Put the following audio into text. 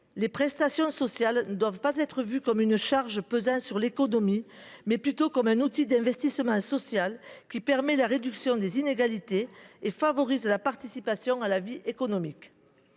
Les prestations sociales doivent être vues non pas comme une charge pesant sur l’économie, mais plutôt comme un outil d’investissement social permettant la réduction des inégalités et favorisant la participation à la vie économique.